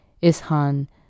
Ishan